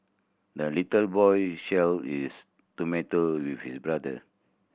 the little boy shared his tomato with his brother